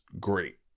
great